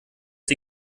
sie